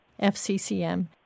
FCCM